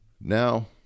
Now